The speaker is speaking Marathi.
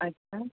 अच्छा